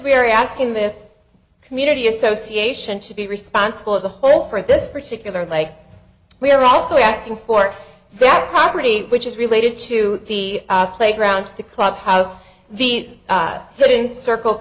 we're asking this community association to be responsible as a whole for this particular like we are also asking for that property which is related to the playground the clubhouse the building circle